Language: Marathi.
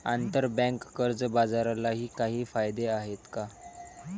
आंतरबँक कर्ज बाजारालाही काही कायदे आहेत का?